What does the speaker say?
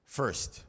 first